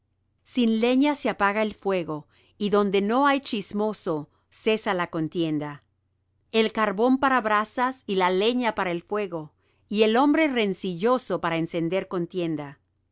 sin leña se apaga el fuego y donde no hay chismoso cesa la contienda el carbón para brasas y la leña para el fuego y el hombre rencilloso para encender contienda